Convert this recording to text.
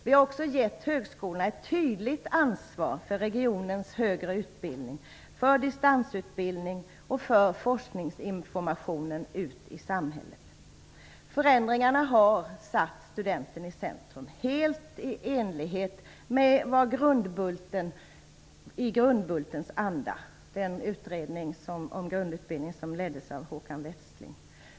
Vi har också givit högskolorna ett tydligt ansvar för regionens högre utbildning, för distansutbildning och för forskningsinformationen ut i samhället. Förändringarna har satt studenten i centrum, helt i Grundbultens anda - den utredning om grundutbildning som leddes av Håkan Westling.